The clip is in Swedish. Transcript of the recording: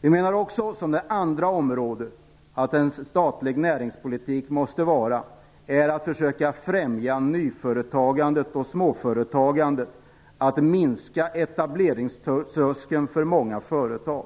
Vi menar också att en statlig näringspolitik måste främja nyföretagandet och småföretagandet och minska etableringströskeln för många företag.